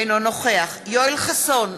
אינו נוכח יואל חסון,